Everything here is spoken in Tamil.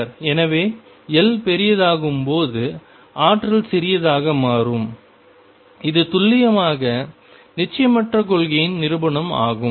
எனவே L பெரிதாகும்போது ஆற்றல் சிறியதாக மாறும் இது துல்லியமாக நிச்சயமற்ற கொள்கையின் நிரூபணம் ஆகும்